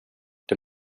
det